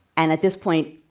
and at this point,